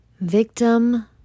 victim